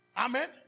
Amen